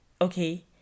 okay